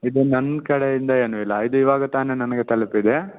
ಇದು ನಮ್ಮ ಕಡೆಯಿಂದ ಏನೂ ಇಲ್ಲ ಇದು ಇವಾಗ ತಾನೆ ನಮಗೆ ತಲುಪಿದೆ